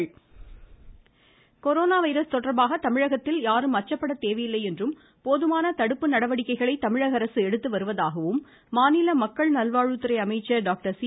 பேரவை Vijayabaskar corona virus தொடர்பாக தமிழகத்தில் யாரும் அச்சப்பட தேவையில்லை என்றும் போதுமான தடுப்பு நடவடிக்கைகளை தமிழகஅரசு எடுத்துவருவதாகவும் மாநில மக்கள் நல்வாழ்வுத்துறை அமைச்சர் டாக்டர் சி